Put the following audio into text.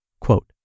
Quote